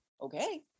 Okay